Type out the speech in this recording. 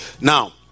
Now